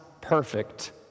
perfect